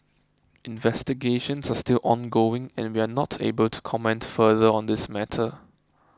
investigations are still ongoing and we are not able to comment further on this matter